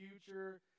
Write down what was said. future